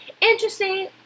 interesting